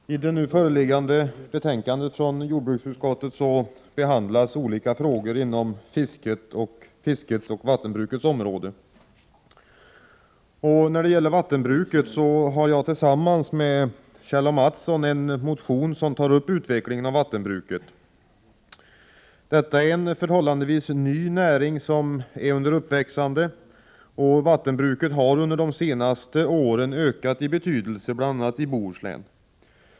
Herr talman! I det nu föreliggande betänkandet från jordbruksutskottet behandlas olika frågor inom fiskets och vattenbrukets område. Jag har tillsammans med Kjell A. Mattsson väckt en motion som tar upp utvecklingen av vattenbruket. Detta är en förhållandevis ny näring som är under uppväxande. Vattenbruket har under de senaste åren ökat i betydelse, bl.a. i Bohuslän.